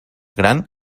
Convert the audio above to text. gran